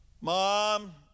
Mom